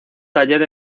taller